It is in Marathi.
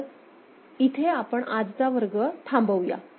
तर इथे आपण आजचा वर्ग थांबवूया